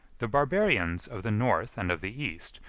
the barbarians of the north and of the east,